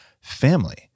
family